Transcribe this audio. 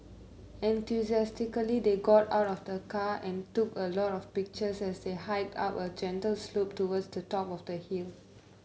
enthusiastically they got out of the car and took a lot of pictures as they hiked up a gentle slope towards the top of the hill